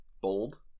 Bold